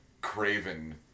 Craven